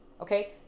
Okay